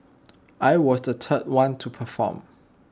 I was the third one to perform